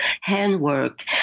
handwork